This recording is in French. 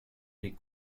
les